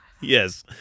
Yes